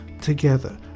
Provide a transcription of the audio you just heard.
together